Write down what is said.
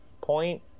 point